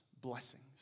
blessings